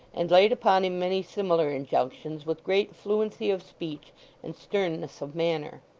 and laid upon him many similar injunctions, with great fluency of speech and sternness of manner.